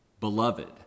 beloved